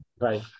Right